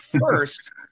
first